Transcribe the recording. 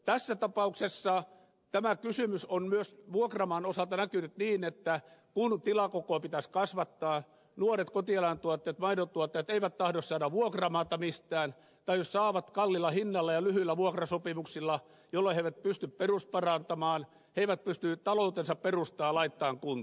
tässä tapauksessa tämä kysymys on myös vuokramaan osalta näkynyt niin että kun tilakokoa pitäisi kasvattaa nuoret kotieläintuottajat maidontuottajat eivät tahdo saada vuokramaata mistään tai jos saavat niin saavat kalliilla hinnalla ja lyhyillä vuokrasopimuksilla jolloin he eivät pysty perusparantamaan he eivät pysty ta loutensa perustaa laittamaan kuntoon